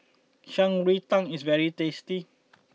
Shan Rui Tang is very tasty